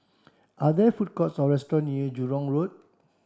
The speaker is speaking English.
are there food courts or restaurant near Jurong Road